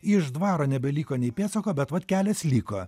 iš dvaro nebeliko nė pėdsako bet vat kelias liko